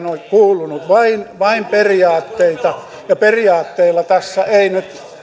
ole kuulunut vain vain periaatteita ja periaatteilla tässä ei nyt